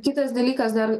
kitas dalykas dar